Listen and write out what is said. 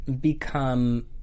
become